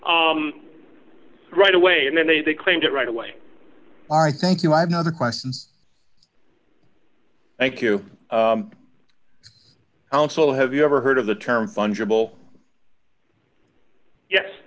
right away and then they they claimed it right away all right thank you i have not a question thank you council have you ever heard of the term fungible yes